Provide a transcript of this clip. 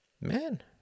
man